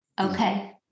Okay